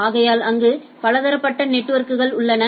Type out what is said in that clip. ஆகையால் அங்கு பலதரப்பட்ட நெட்வொர்க்கள் உள்ளன